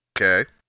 okay